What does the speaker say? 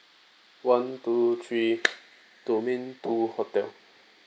one two three domain two hotel